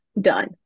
done